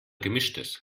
gemischtes